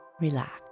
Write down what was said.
Relax